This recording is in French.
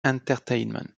entertainment